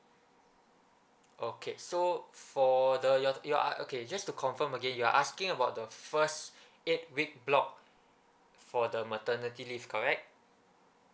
okay so for the your your uh okay just to confirm again you're asking about the first eight week block for the maternity leave correct